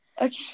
Okay